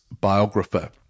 biographer